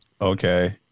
Okay